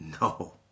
No